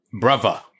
Brother